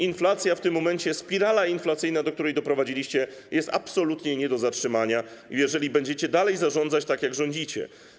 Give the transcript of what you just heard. Inflacja w tym momencie, spirala inflacyjna, do której doprowadziliście, jest absolutnie nie do zatrzymania, jeżeli będziecie dalej zarządzać tak, jak rządzicie.